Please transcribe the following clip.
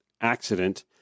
accident